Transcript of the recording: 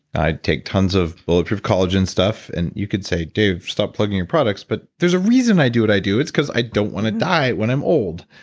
i take tons of bulletproof collagen stuff and you could say, dave stop plugging your products, but there's a reason i do what i do. it's because i don't want to die when i'm old.